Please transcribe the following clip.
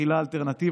חברת הכנסת מאי גולן.